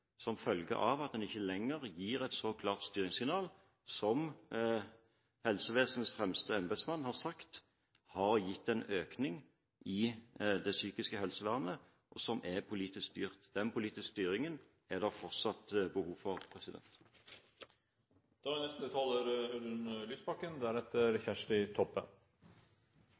som følge av at man ikke lenger gir et så klart styringssignal. Helsevesenets fremste embetsmann har sagt at en politisk styrt satsing har gitt en økning i det psykiske helsevernet. Den politiske styringen er det fortsatt behov for.